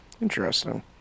Interesting